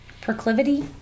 Proclivity